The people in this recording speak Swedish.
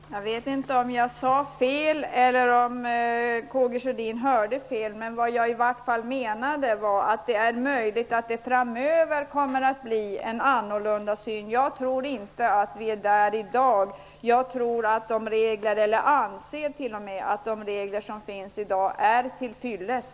Herr talman! Jag vet inte om jag sade fel eller om Karl Gustaf Sjödin hörde fel. Vad jag menade var i alla fall att det är möjligt att man framöver kommer att ha en annan syn på detta. Jag tror inte att vi är där i dag, utan jag anser att de regler som finns i dag är till fyllest.